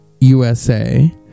USA